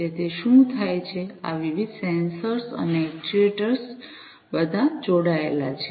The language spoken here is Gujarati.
તેથી શું થાય છે આ વિવિધ સેન્સર્સ અને એક્ટ્યુએટર્સ બધા જોડાયેલા છે